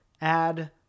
add